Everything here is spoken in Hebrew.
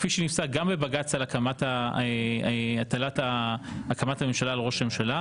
כפי שנפסק גם בבג"צ על הקמת הממשלה על ראש הממשלה,